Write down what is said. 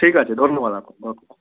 ঠিক আছে ধন্যবাদ ও কে